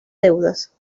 deudas